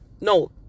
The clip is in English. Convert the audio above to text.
No